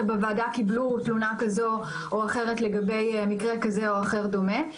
בוועדה קיבלו תלונה כזו או אחרת לגבי מקרה כזה או אחר דומה.